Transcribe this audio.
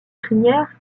crinière